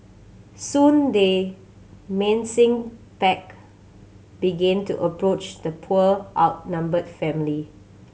soon the menacing pack begin to approach the poor outnumbered family